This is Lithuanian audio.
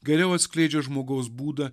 geriau atskleidžia žmogaus būdą